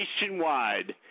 nationwide